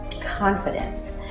Confidence